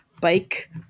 bike